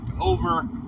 over